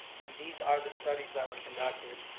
and these are the studies that were conducted.